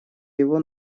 его